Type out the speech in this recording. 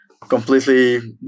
completely